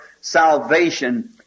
salvation